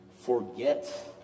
forget